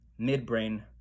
midbrain